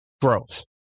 growth